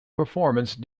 performance